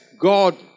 God